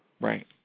Right